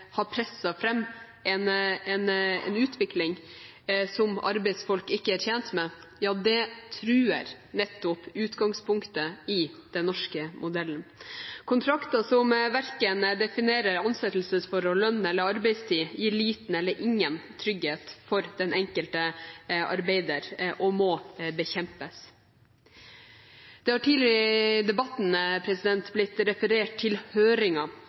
har presset fram en utvikling som arbeidsfolk ikke er tjent med, truer nettopp utgangspunktet i den norske modellen. Kontrakter som verken definerer ansettelsesforhold, lønn eller arbeidstid, gir liten eller ingen trygghet for den enkelte arbeider og må bekjempes. Det har tidligere i debatten blitt referert til